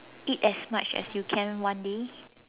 eat as much as you can one day